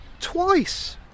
Twice